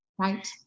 Right